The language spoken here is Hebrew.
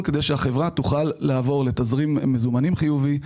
כדי שהחברה תוכל לעבור לתזרים מזומנים חיובי.